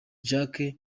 jacques